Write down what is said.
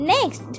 Next